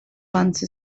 once